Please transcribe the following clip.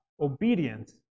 obedience